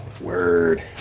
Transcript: Word